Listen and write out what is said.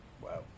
wow